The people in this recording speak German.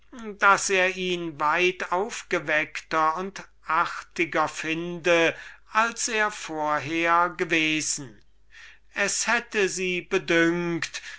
daß er ihn weit aufgeweckter und artiger finde als er vorher gewesen es hätte sie bedünkt